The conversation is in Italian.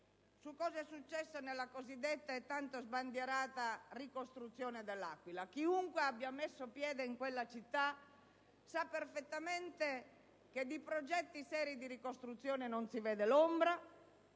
su cosa è successo nella cosiddetta e tanto sbandierata ricostruzione dell'Aquila, ma chiunque abbia messo piede in quella città sa perfettamente che di progetti seri di ricostruzione non si vede l'ombra,